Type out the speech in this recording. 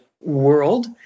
world